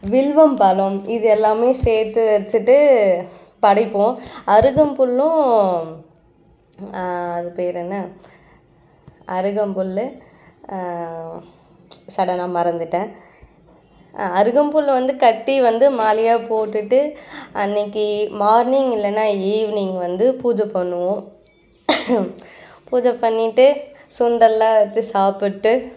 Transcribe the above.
வில்வம் பழம் இதெல்லாமே சேர்த்து வச்சுட்டு படைப்போம் அருகம்புல்லும் அது பேர் என்ன அருகம்புல் சடனாக மறந்துட்டேன் அருகம்புல் வந்து கட்டி வந்து மாலையாக போட்டுட்டு அன்னைக்கு மார்னிங் இல்லைன்னா ஈவினிங் வந்து பூஜை பண்ணுவோம் பூஜை பண்ணிட்டு சுண்டலெல்லாம் வச்சு சாப்பிட்டு